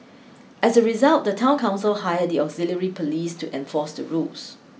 as a result the town council hired the auxiliary police to enforce the rules